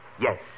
Yes